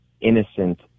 innocent